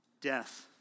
Death